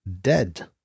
dead